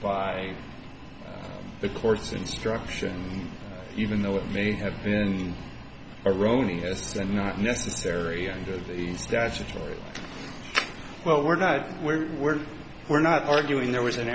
by the court's instruction even though it may have been erroneous and not necessary under the statutory well we're not we're we're we're not arguing there was an